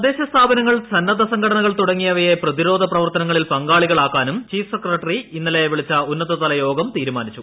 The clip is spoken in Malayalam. തദ്ദേശസ്ഥാപനങ്ങൾ സന്നദ്ധ സംഘടനകൾ തുടങ്ങിയവയെ പ്രതിരോധ്മ പ്രവർത്തനങ്ങളിൽ പങ്കാളികളാക്കാനും ചീഫ് സെക്രട്ടറി ഇന്ന്ലെ വിളിച്ച ഉന്നതതല യോഗം തീരുമാനിച്ചു